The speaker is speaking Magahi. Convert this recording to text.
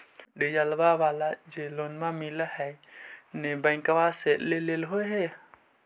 डिजलवा वाला जे लोनवा मिल है नै बैंकवा से लेलहो हे?